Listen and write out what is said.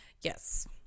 Yes